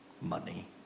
money